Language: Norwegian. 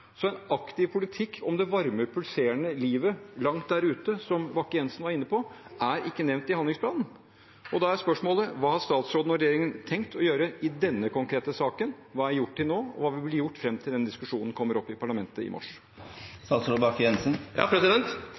Så en aktiv politikk om det varme, pulserende livet langt der ute, som Bakke-Jensen var inne på, er ikke nevnt i handlingsplanen. Da er spørsmålet: Hva har statsråden og regjeringen tenkt å gjøre i denne konkrete saken? Hva er gjort til nå, og hva vil bli gjort fram til denne diskusjonen kommer opp i Europaparlamentet i mars?